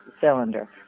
cylinder